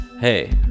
hey